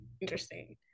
interesting